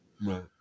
right